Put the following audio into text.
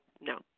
no